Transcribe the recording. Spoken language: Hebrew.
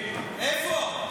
איפה?